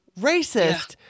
racist